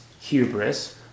hubris